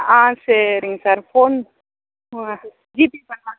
ஆ சேரிங்க sir phone GPay பண்ணலாங்களா